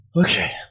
Okay